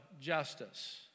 justice